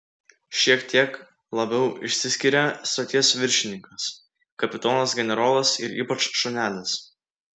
šiek tiek labiau išsiskiria stoties viršininkas kapitonas generolas ir ypač šunelis